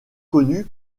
connu